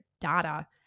data